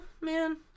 Man